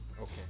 okay